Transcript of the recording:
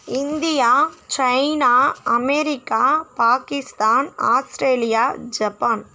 India China America Pakistan Australia Japan